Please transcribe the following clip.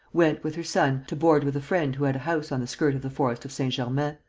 went, with her son, to board with a friend who had a house on the skirt of the forest of saint-germain.